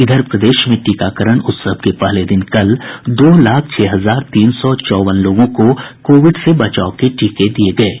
इधर प्रदेश में टीकाकरण उत्सव के पहले दिन कल दो लाख छह हजार तीन सौ चौवन लोगों को कोविड से बचाव के टीके दिये गये हैं